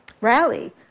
rally